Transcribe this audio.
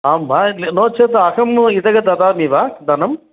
आं वा नो चेत् अहं इतः ददामि वा धनम्